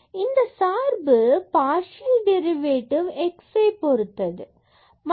இது சார்பான 00 partial derivative x பொறுத்தது ஆகும்